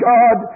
God